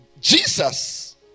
Jesus